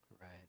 Right